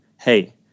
hey